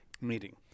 meeting